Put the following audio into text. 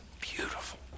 beautiful